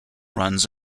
runs